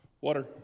water